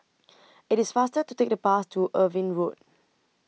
IT IS faster to Take The Bus to Irving Road